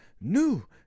New